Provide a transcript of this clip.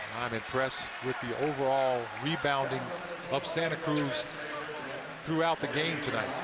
i'm impressed with the overall rebounding of santa cruz throughout the game tonight.